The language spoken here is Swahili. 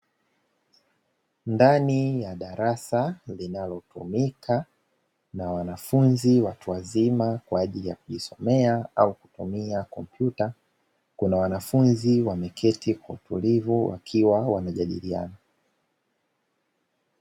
Ndani ya darasa, linalotumika na wanafunzi watu wazima kwa ajili ya kujisomea au kutumia kompyuta, kuna wanafunzi wameketi kwa utulivu wakiwa wanajadiliana.